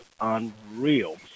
unreal